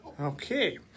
Okay